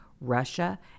Russia